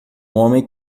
homem